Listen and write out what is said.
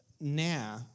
now